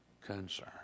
concern